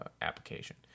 application